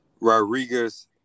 Rodriguez